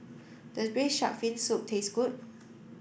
does braised shark fin soup taste good